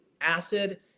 acid